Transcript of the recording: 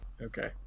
Okay